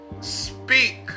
Speak